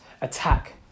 attack